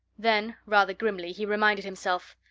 then, rather grimly, he reminded himself,